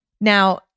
Now